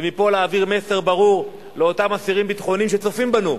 ומפה להעביר מסר ברור לאותם אסירים ביטחוניים שצופים בנו,